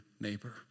neighbor